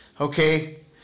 okay